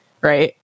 Right